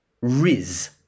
Riz